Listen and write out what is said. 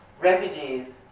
refugees